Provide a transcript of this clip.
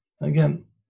again